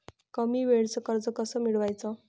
कमी वेळचं कर्ज कस मिळवाचं?